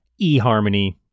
eHarmony